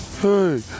hey